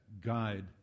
guide